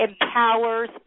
empowers